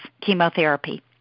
chemotherapy